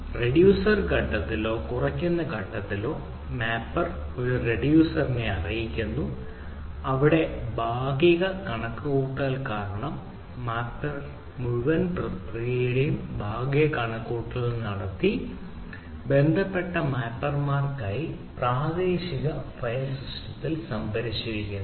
reducer ഘട്ടത്തിലോ കുറയ്ക്കുന്ന ഘട്ടത്തിലോ മാപ്പർ ഒരു റിഡ്യൂസറെ അറിയിക്കുന്നു അവിടെ ഭാഗിക കണക്കുകൂട്ടൽ കാരണം മാപ്പർ മുഴുവൻ പ്രക്രിയയുടെയും ഭാഗിക കണക്കുകൂട്ടൽ നടത്തി ബന്ധപ്പെട്ട മാപ്പർമാർക്കായി പ്രാദേശിക ഫയൽ സിസ്റ്റത്തിൽ സംഭരിച്ചിരിക്കുന്നു